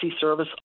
service